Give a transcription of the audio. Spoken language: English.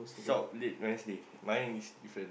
salt lake rest day mine is different